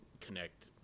connect